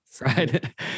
right